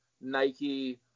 Nike